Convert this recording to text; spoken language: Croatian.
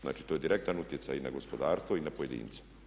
Znači, to je direktan utjecaj i na gospodarstvo i na pojedince.